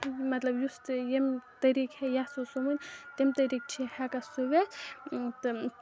مطلب یُس تہِ یِم طریٖقہٕ یَژھو سوٗوُن تَمہِ طریٖقہٕ چھِ ہٮ۪کان سوٗوِتھ تہٕ